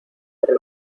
perro